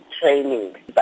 training